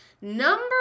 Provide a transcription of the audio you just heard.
Number